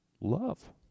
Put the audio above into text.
love